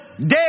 dead